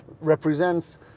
represents